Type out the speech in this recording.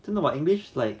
真的 but english like